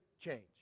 change